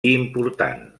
important